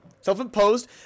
Self-imposed